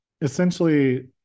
essentially